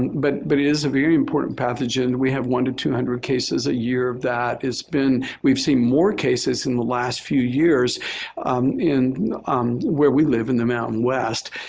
but but it is a very important pathogen. we have one to two hundred cases a year of that. it's been we've seen more cases in the last few years in um where we live in the mountain west,